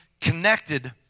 connected